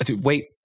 Wait